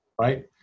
right